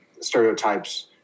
stereotypes